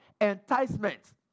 enticements